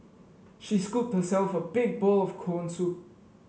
she scooped herself a big bowl of corn soup